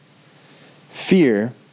Fear